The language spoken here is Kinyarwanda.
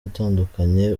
atandukanye